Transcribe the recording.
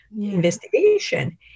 investigation